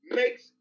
makes